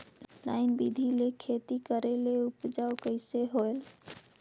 Line बिधी ले खेती करेले उपजाऊ कइसे होयल?